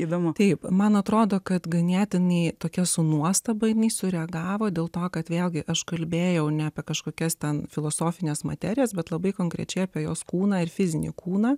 įdomu kaip man atrodo kad ganėtinai tokia esu nuostabai sureagavo dėl to kad vėlgi aš kalbėjau ne apie kažkokias ten filosofines materijos bet labai konkrečiai apie jos kūną ir fizinį kūną